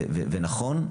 נכון,